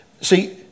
See